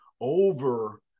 over